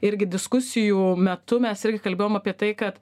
irgi diskusijų metu mes irgi kalbėjom apie tai kad